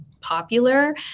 popular